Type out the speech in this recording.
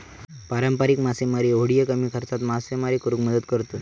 पारंपारिक मासेमारी होडिये कमी खर्चात मासेमारी करुक मदत करतत